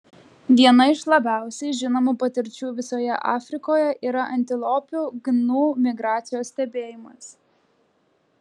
viena iš labiausiai žinomų patirčių visoje afrikoje yra antilopių gnu migracijos stebėjimas